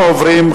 אנחנו עוברים,